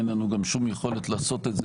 אין לנו גם שום יכולת לעשות את זה,